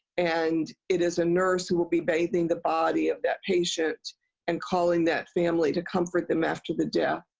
and it is a nurse who will be bathing the body of that patient and calling that family to comfort them after the death.